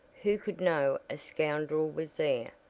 who could know a scoundrel was there,